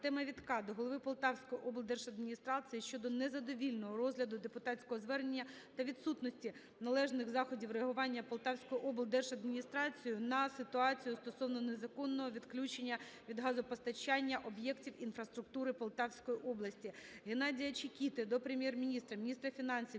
Артема Вітка до голови Полтавської облдержадміністрації щодо незадовільного розгляду депутатського звернення та відсутності належних заходів реагування Полтавською облдержадміністрацією на ситуацію стосовно незаконного відключення від газопостачання об'єктів інфраструктури Полтавської області. Геннадія Чекіти до Прем'єр-міністра, міністра фінансів,